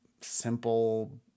simple